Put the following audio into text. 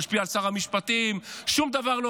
נשפיע על שר המשפטים.